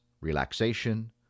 Relaxation